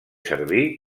servir